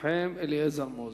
חבר הכנסת מנחם אליעזר מוזס.